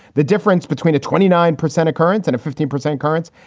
the difference between a twenty nine percent occurrence and a fifteen percent occurrence,